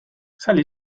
salì